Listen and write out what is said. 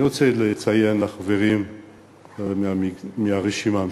אני רוצה לציין, לחברים מהרשימה המשותפת: